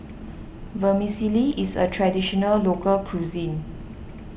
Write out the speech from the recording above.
Vermicelli is a Traditional Local Cuisine